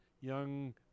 young